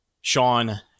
Sean